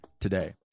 today